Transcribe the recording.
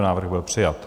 Návrh byl přijat.